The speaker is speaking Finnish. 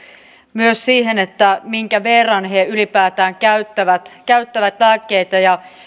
myös siihen minkä verran he ylipäätään käyttävät käyttävät lääkkeitä